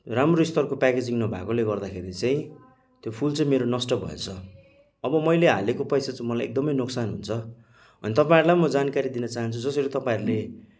राम्रो स्तरको प्याकेजिङ नभएकोले गर्दाखेरि चाहिँ त्यो फुल चाहिँ मेरो नष्ट भएछ अब मैले हालेको पैसा चाहिँ मलाई एकदमै नोक्सान हुन्छ अनि तपाईँहरूलाई पनि म जानकारी दिन चाहन्छु जसरी तपाईँहरूले